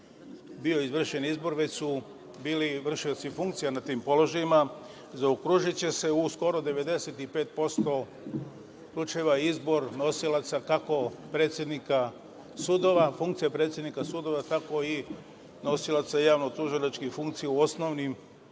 bio izvršen izbor, već su bili vršioci funkcija na tim položajima, zaokružiće se u skoro 95% slučajeva izbor nosilaca, kako funkcija predsednika sudova, tako i nosilaca javno-tužilačkih funkcija u osnovnim